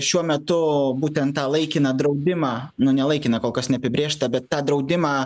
šiuo metu būtent tą laikiną draudimą nu nelaikiną kol kas neapibrėžtą bet tą draudimą